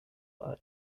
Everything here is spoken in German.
eis